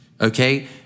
okay